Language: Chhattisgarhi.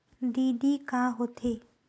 डी.डी का होथे?